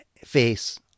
face